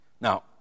Now